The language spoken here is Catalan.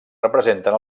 representen